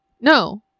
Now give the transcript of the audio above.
No